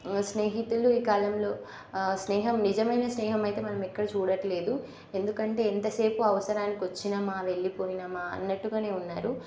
స్నేహితులు ఈ కాలంలో స్నేహం నిజమైన స్నేహం అయితే మనం ఎక్కడ చూడట్లేదు ఎందుకంటే ఎంతసేపు అవసరానికి వచ్చామా వెళ్ళిపోయామా అన్నట్టుగానే ఉన్నారు